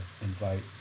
invite